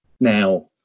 now